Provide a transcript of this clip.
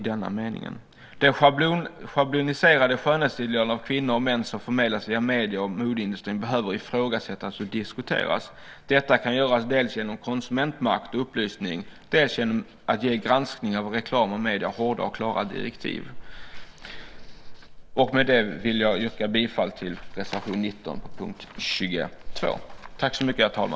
Det schabloniserade skönhetsideal för kvinnor och män som förmedlas via medierna och modeindustrin behöver ifrågasättas och diskuteras. Detta kan göras dels genom konsumentmakt och upplysning, dels genom att ge granskning av reklam och medier hårda och klara direktiv. Med det vill jag yrka bifall till reservation 19 under punkt 22.